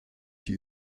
die